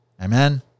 Amen